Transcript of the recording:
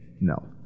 No